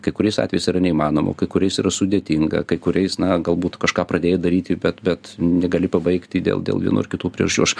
kai kuriais atvejais yra neįmanoma kai kuriais yra sudėtinga kai kuriais na galbūt kažką pradėjai daryti bet bet negali pabaigti dėl dėl vienų ar kitų priežasčių aš